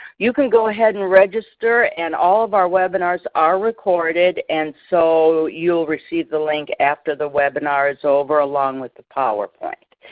you can go ahead and register and all of our webinars are recorded and so you'll receive the link after the webinar is over along with the powerpoint.